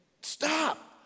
stop